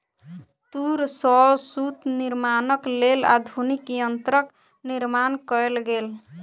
तूर सॅ सूत निर्माणक लेल आधुनिक यंत्रक निर्माण कयल गेल